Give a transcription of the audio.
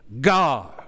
God